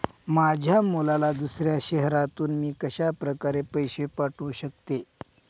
माझ्या मुलाला दुसऱ्या शहरातून मी कशाप्रकारे पैसे पाठवू शकते?